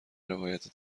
روایت